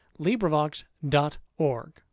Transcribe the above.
LibriVox.org